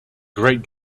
great